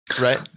Right